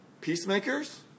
peacemakers